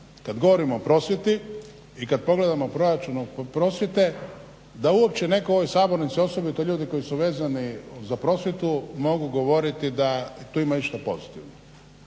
kad govorim o prosvjeti i kad pogledamo proračun od prosvjete da uopće netko u ovoj Sabornici osobito ljudi koji su vezani za prosvjetu mogu govoriti da tu ima išta pozitivnog.